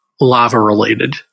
lava-related